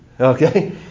Okay